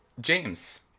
James